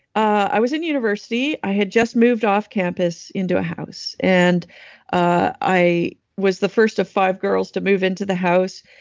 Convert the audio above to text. i was in university. i had just moved off campus into a house. and i was the first of five girls to move into the house.